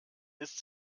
ist